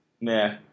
Nah